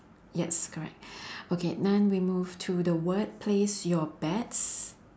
yes correct okay now we move to the word place your bets